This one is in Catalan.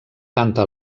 tanta